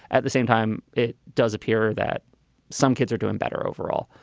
at the same time, it does appear that some kids are doing better overall.